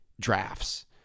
drafts